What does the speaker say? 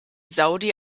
saudi